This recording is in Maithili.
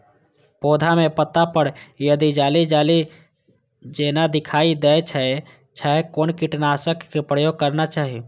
पोधा के पत्ता पर यदि जाली जाली जेना दिखाई दै छै छै कोन कीटनाशक के प्रयोग करना चाही?